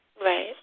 Right